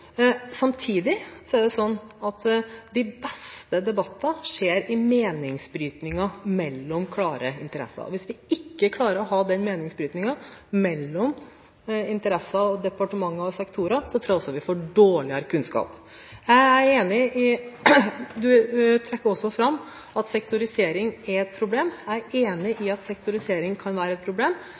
samtidig er det sånn at de beste debatter skjer i meningsbrytningen mellom klare interesser. Hvis vi ikke klarer å ha den meningsbrytningen mellom interesser og departementer og sektorer, tror jeg også vi får dårligere kunnskap. Representanten trekker også fram at sektorisering er et problem. Jeg er enig i at sektorisering kan være et problem.